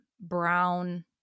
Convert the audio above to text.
brown